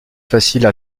faciles